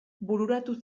bururatu